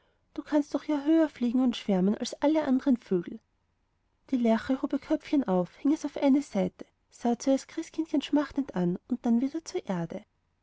du kannst ja doch höher fliegen und schwärmen als alle anderen vögel die lerche hob ihr köpfchen auf hing es auf eine seite sah zuerst christkindchen schmachtend an und dann wieder zur erde